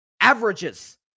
averages